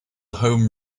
home